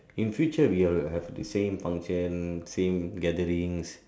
in future we will have the same function same gathering